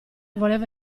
voleva